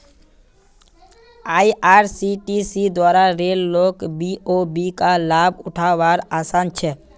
IRCTC द्वारा रेल लोक बी.ओ.बी का लाभ उठा वार आसान छे